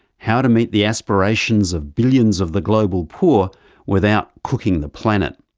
how to meet the aspirations of billions of the global poor without cooking the planet.